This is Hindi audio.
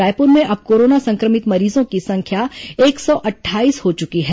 रायपुर में अब कोरोना सं क्र मित मरीजों की संख्या एक सौ अट्ठाईस हो चुकी है